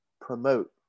promote